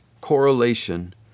correlation